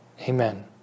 Amen